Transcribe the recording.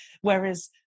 Whereas